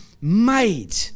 made